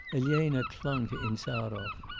elena clung to insarov.